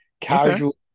casual